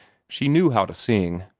she knew how to sing,